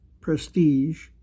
prestige